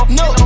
no